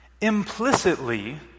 implicitly